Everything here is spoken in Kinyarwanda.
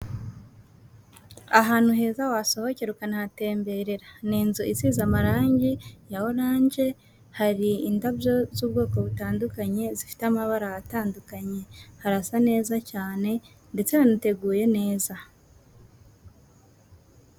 Ahantu heza wasohokera ukanahatemberera, ni inzu isize amarangi ya oranje, hari indabyo z'ubwoko butandukanye, zifite amabara atandukanye, harasa neza cyane ndetse hanateguye neza.